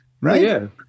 right